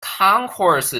concourse